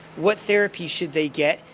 what therapies should they get?